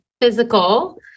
Physical